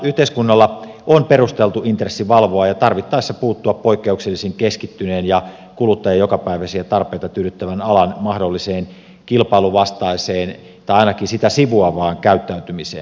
yhteiskunnalla on perusteltu intressi valvoa ja tarvittaessa puuttua poikkeuksellisen keskittyneen ja kuluttajan jokapäiväisiä tarpeita tyydyttävän alan mahdolliseen kilpailun vastaiseen tai ainakin sitä sivuavaan käyttäytymiseen